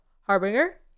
Harbinger